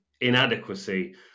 inadequacy